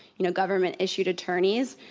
you know, government issued attorneys.